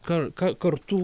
kar kartų